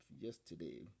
yesterday